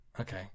Okay